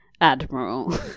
Admiral